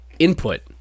Input